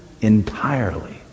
entirely